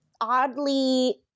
oddly